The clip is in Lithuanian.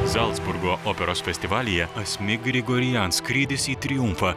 zalcburgo operos festivalyje asmik grigorian skrydis į triumfą